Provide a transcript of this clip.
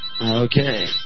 okay